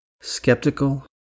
Skeptical